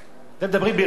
אתם מדברים ברצינות?